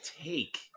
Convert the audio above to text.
take